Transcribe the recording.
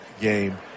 game